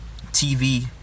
tv